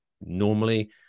normally